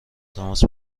تماس